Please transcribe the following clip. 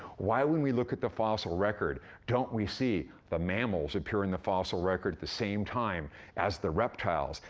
why, when we look at the fossil record, don't we see the mammals appear in the fossil record at the same time as the reptiles,